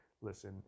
Listen